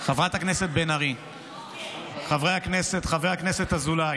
חברי הכנסת, חבר הכנסת אזולאי,